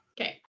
Okay